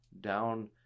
down